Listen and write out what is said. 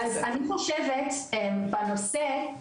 אני חושבת בנושא,